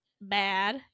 bad